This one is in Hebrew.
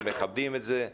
מכבדים את זה?